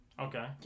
Okay